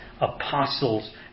apostles